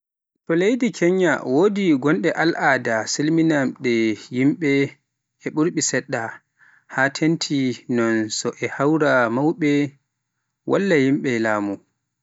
To leydi Kenya wodi goɗɗe alaada salminde yimɓe e ɓuuɓri seeɗa, haa teeŋti noon so e hawra e mawɓe walla yimɓe laamu.